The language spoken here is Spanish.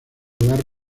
hogar